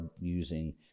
using